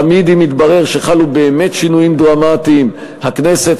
תמיד אם יתברר שחלו באמת שינויים דרמטיים הכנסת